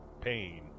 pain